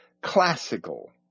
classical